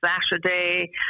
Saturday